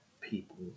people